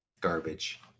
Garbage